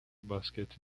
basquete